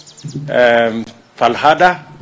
Falhada